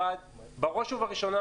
בראש ובראשונה,